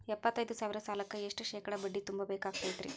ಎಪ್ಪತ್ತೈದು ಸಾವಿರ ಸಾಲಕ್ಕ ಎಷ್ಟ ಶೇಕಡಾ ಬಡ್ಡಿ ತುಂಬ ಬೇಕಾಕ್ತೈತ್ರಿ?